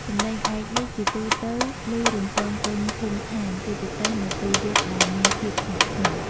សំឡេងឯកនេះជាទូទៅលឺរំពងពេញភូមិឋាន ជាពិសេសនៅពេលយប់ដែលមានភាពស្ងប់ស្ងាត់។